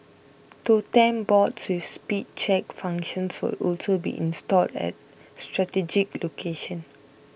totem boards with speed check functions will also be installed at strategic location